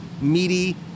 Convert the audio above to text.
meaty